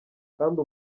kandi